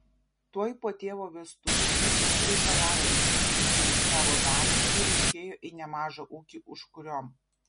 tuoj po tėvo vestuvių jis išsireikalavo iš jo pinigų už savo dalį ir išėjo į nemažą ūkį užkuriom